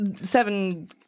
seven